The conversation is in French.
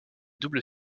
double